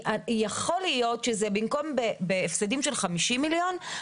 יכול להיות שבמקום הפסדים של 50,000,000 ₪,